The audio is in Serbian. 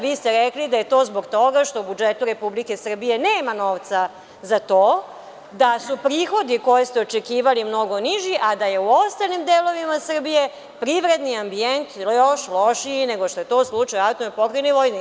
Vi ste rekli da je to zbog toga što o budžetu Republike Srbije nema novca za to, da su prihodi koje ste očekivali mnogo niži, a da je u ostalim delovima Srbije privredni ambijent loš, lošiji nego što je to slučaj u AP Vojvodini.